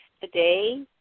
today